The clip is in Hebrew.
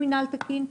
אקלים?